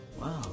Wow